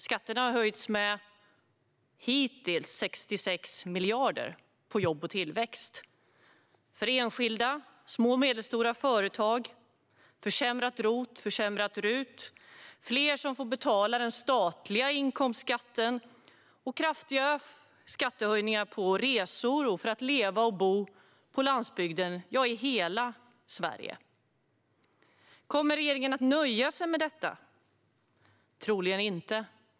Skatterna på jobb och tillväxt har - hittills - höjts med 66 miljarder. Skatterna har höjts för enskilda små och medelstora företag, RUT och ROT har försämrats och fler får betala den statliga inkomstskatten. Dessutom har regeringen genomfört kraftiga skattehöjningar på resor och för att leva och bo på landsbygden i hela Sverige. Kommer regeringen att nöja sig med detta? Troligen inte.